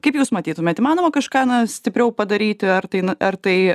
kaip jūs matytumėt įmanoma kažką na stipriau padaryti ar tai na ar tai